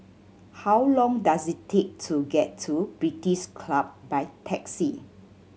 how long does it take to get to British Club by taxi